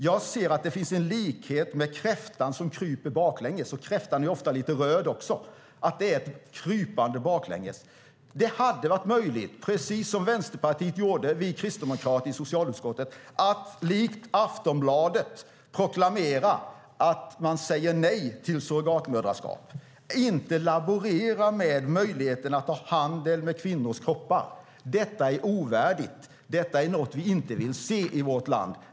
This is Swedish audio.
Jag ser att det finns en likhet med kräftan som kryper baklänges och som ofta är lite röd, att det är ett krypande baklänges. Det hade varit möjligt, precis som Vänsterpartiet och vi kristdemokrater gjorde i socialutskottet, att likt Aftonbladet proklamera att man säger nej till surrogatmoderskap, och inte laborera med möjligheten att ha handel med kvinnors kroppar. Detta är ovärdigt. Detta är något vi inte vill se i vårt land.